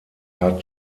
hat